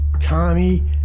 Tommy